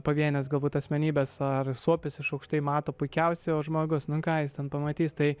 pavienės galbūt asmenybės ar suopis iš aukštai mato puikiausiai o žmogus nu ką jis ten pamatys tai